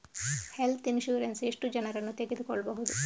Health insurance ಎಷ್ಟು ಜನರನ್ನು ತಗೊಳ್ಬಹುದು?